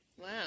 Wow